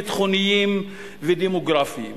ביטחוניים ודמוגרפיים.